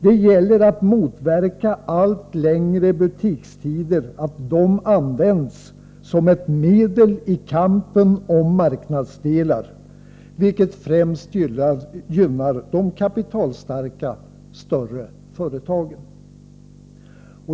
Det gäller att motverka att allt längre öppettider används som ett medel i kampen om marknadsandelar, vilket främst gynnar de kapitalstarka, större företagen.